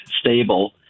stable